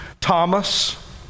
Thomas